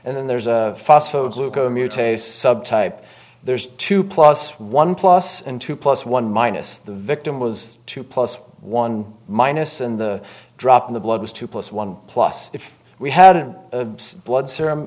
and then there's a mutates subtype there's two plus one plus and two plus one minus the victim was two plus one minus and the drop in the blood was two plus one plus if we hadn't blood serum